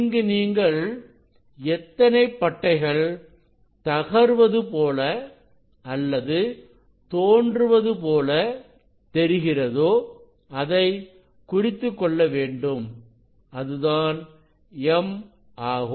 இங்கு நீங்கள் எத்தனை பட்டைகள் தகர்வது போல அல்லது தோன்றுவது போல தெரிகிறதோ அதை குறித்துக்கொள்ள வேண்டும் அதுதான் m ஆகும்